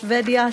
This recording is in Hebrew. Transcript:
שבדיה,